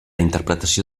interpretació